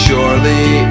Surely